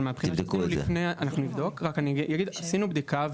אבל עשינו בדיקה,